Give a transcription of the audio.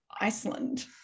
Iceland